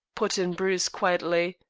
put in bruce quietly.